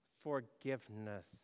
forgiveness